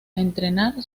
entrenar